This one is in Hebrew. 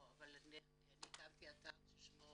אני הקמתי אתר ששמו